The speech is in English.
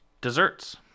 desserts